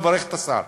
מברך את השר.